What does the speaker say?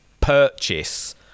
purchase